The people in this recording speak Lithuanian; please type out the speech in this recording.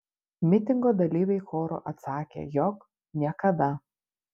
mitingo dalyviai choru atsakė jog niekada